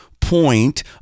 point